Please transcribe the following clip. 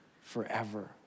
forever